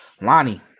Lonnie